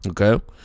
Okay